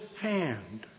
hand